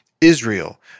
Israel